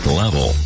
level